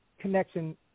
connection